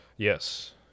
Yes